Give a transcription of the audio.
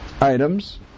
items